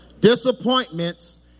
Disappointments